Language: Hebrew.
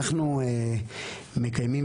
אנחנו מקיימים,